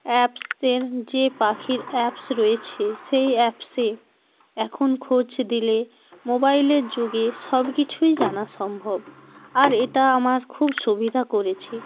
অ্যাপসের যে পাখির অ্যাপস রয়েছে সেই অ্যাপসে এখন খোঁজ দিলে মোবাইলের যুগে সব কিছুই জানা সম্ভব আর এটা আমার খুব সুবিধা করেছে